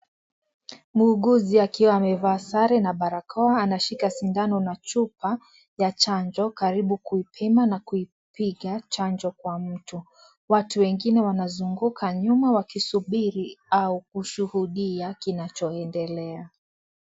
Muuguzi akiwa amevaa sare na barakoa anashika sindano na chupa ya chanjo karibu kiipima na kupiga chanjo kwa mtu. Watu wengine wanazunguka nyuma wazunguka nyuma wakisubiri au kushuhudia kinachoendelea.